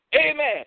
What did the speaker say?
Amen